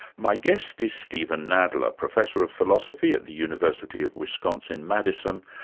my guest is steven nadler, professor of philosophy at the university of wisconsin, madison,